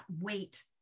weight